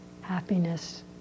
happiness